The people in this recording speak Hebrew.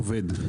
עובד יבין.